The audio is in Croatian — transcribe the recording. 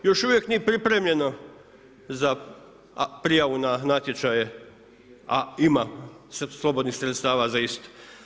Još uvijek nije pripremljeno za prijavu na natječaje a ima slobodnih sredstava za isto.